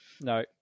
no